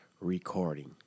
recording